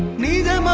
needle